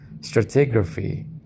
stratigraphy